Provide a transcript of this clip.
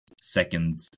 second